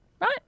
Right